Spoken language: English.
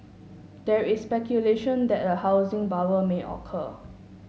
there is speculation that a housing bubble may occur